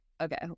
okay